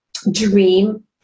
dream